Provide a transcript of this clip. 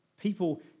people